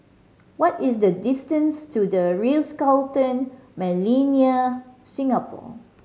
what is the distance to The Ritz Carlton Millenia Singapore